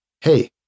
hey